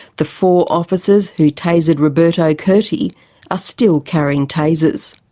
the four officers who tasered roberto curti are still carrying tasers.